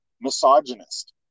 misogynist